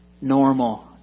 normal